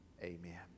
Amen